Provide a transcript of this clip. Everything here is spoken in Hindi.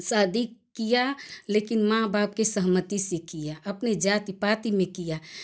शादी किया लेकिन माँ बाप की सहमती से किया अपनी जाति पाति में किया